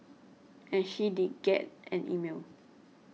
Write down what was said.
and she did get an email